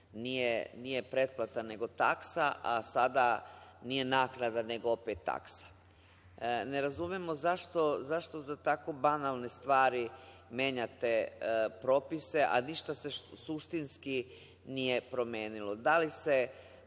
nije pretplata nego taksa, a sada nije naknada nego opet taksa. Ne razumemo zašto za tako banalne stvari menjate propise, a ništa se suštinski nije promenilo.